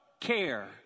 care